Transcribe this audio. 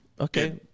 Okay